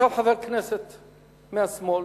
ישב חבר כנסת מהשמאל,